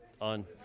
on